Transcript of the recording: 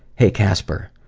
hey, casper.